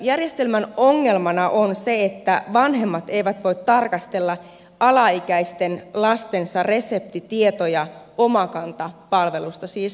järjestelmän ongelmana on se että vanhemmat eivät voi tarkastella alaikäisten lastensa reseptitietoja omakanta palvelusta siis netistä